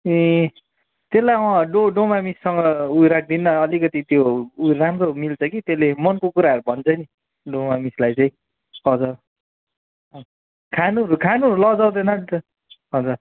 ए त्यसलाई अँ डो डोमा मिससँग राख्दिनु न अलिकति त्यो उयो राम्रो मिल्छ कि त्यसले मनको कुराहरू भन्छ नि डोमा मिसलाई चाहिँ हजुर खानुहरू खानुहरू लजाउँदैन नि त हजुर